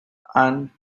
and